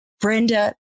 Brenda